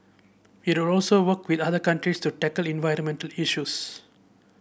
it will also work with other countries to tackle environmental issues